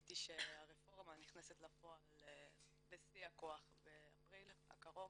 ראיתי שהרפורמה נכנסת לפועל בשיא הכוח באפריל הקרוב.